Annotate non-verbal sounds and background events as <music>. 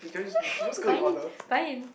<laughs> fine fine